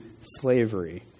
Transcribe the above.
slavery